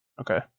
Okay